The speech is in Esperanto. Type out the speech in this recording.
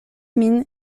min